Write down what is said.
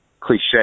cliche